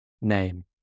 name